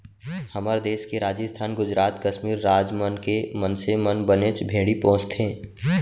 हमर देस के राजिस्थान, गुजरात, कस्मीर राज मन के मनसे मन बनेच भेड़ी पोसथें